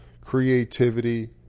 creativity